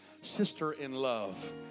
sister-in-love